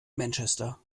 manchester